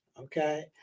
okay